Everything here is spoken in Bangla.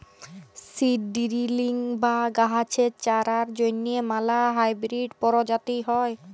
সিড ডিরিলিং বা গাহাচের চারার জ্যনহে ম্যালা হাইবিরিড পরজাতি হ্যয়